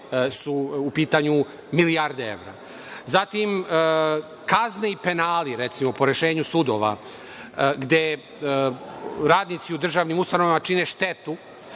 su u pitanju milijarde evra. Zatim, kazne i penali, recimo po rešenju sudova, gde radnici u državnim ustanovama čine štetu